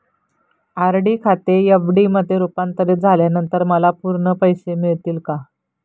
RD खाते FD मध्ये रुपांतरित झाल्यानंतर मला पूर्ण पैसे मिळतील का?